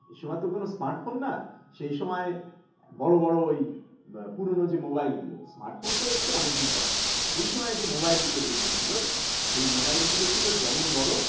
এ সময় তো কোনো স্মার্টফোন না সেই সময় বড়ো বড়ো ওই পুরোনো যে মোবাইলগুলো স্মার্টফোন তো এসেছে অনেক দিন পরে সেই সময় যে মোবাইলগুলো যেগুলো ছিলো সেই মোবাইলগুলো ছিলো যেমন বড়ো